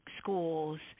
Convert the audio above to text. schools